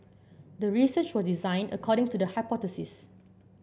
the research was designed according to the hypothesis